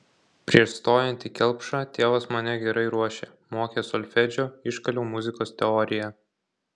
prieš stojant į kelpšą tėvas mane gerai ruošė mokė solfedžio iškaliau muzikos teoriją